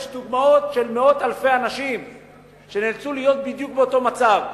יש דוגמאות של מאות אלפי אנשים שנאלצו להיות בדיוק באותו מצב.